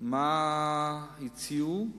מה הציעו,